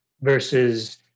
versus